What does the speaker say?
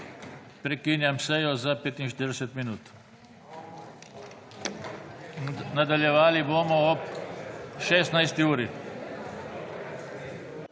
Prekinjam sejo za 45 minut. Nadaljevali bomo ob 16. uri.